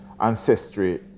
ancestry